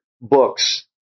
books